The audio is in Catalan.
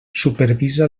supervisa